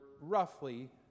roughly